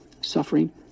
suffering